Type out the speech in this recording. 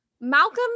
malcolm